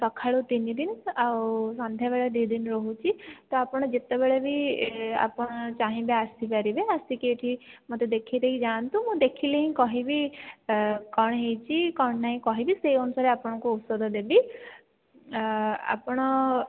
ସଖାଳୁ ତିନିଦିନ ଆଉ ସନ୍ଧ୍ୟା ବେଳେ ଦୁଇ ଦିନ ରହୁଛି ତ ଆପଣ ଯେତେବେଳେ ବି ଆପଣ ଚାହିଁବେ ଆସି ପାରିବେ ଆସିକି ଏହିଠି ମୋତେ ଦେଖାଇ ଦେଇ ଯାଆନ୍ତୁ ମୁଁ ଦେଖିଲେହିଁ କହିବି କ'ଣ ହୋଇଛି କ'ଣ ନାହିଁ କହିବି ସେ ଅନୁସାରେ ଆପଣଙ୍କୁ ଔଷଧ ଦେବି ଆପଣ